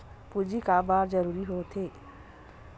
पूंजी का बार जरूरी हो थे?